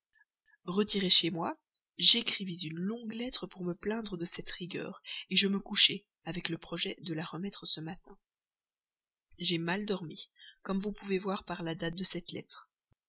retiré chez moi j'écrivis une longue lettre pour me plaindre de cette rigueur je me couchai avec le projet de la remettre ce matin j'ai mal dormi comme vous pouvez voir par la date de cette lettre